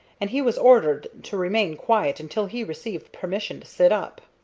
and he was ordered to remain quiet until he received permission to sit up.